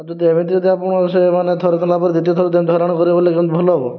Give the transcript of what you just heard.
ଆଉ ଯଦି ଏମିତି ଯଦି ଆପଣ ସେ ମାନେ ଥରେ ଦେଲା ପରେ ଦ୍ୱିତୀୟଥର ଯଦି ଏମିତି ହଇରାଣ କରିବେ ବୋଲି କେମିତି ଭଲ ହେବ